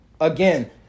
again